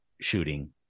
shooting